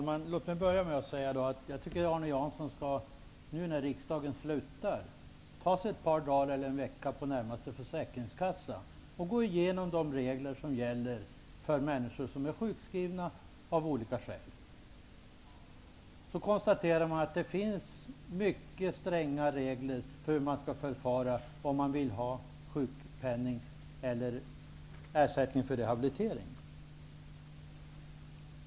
Herr talman! Jag vill först säga att jag tycker att Arne Jansson när riksmötet är slut skall ägna ett par dagar eller en vecka åt att besöka närmaste försäkringskassa och där gå igenom de regler som gäller för människor som av olika skäl är sjukskrivna. Han kommer då att konstatera att det finns mycket stränga regler för erhållande av sjukpenning och för ersättning vid rehabilitering.